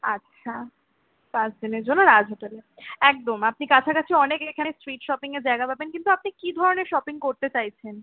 আচ্ছা পাঁচ দিনের জন্য রাজ হোটেলে একদম আপনি কাছকাছি অনেক এখানে স্ট্রিট শপিংয়ের জায়গা পাবেন কিন্তু আপনি কি ধরনের শপিং করতে চাইছেন